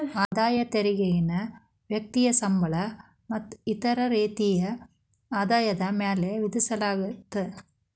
ಆದಾಯ ತೆರಿಗೆನ ವ್ಯಕ್ತಿಯ ಸಂಬಳ ಮತ್ತ ಇತರ ರೇತಿಯ ಆದಾಯದ ಮ್ಯಾಲೆ ವಿಧಿಸಲಾಗತ್ತ